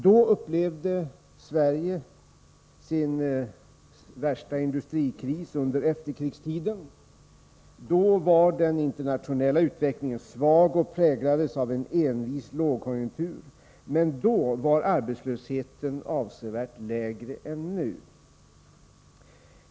Då upplevde Sverige sin värsta industrikris under efterkrigstiden. Då var den internationella utvecklingen svag och präglades av en envis lågkonjunktur. Men då var arbetslösheten avsevärt lägre än nu.